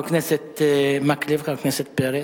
חבר הכנסת מקלב, חבר הכנסת פרץ,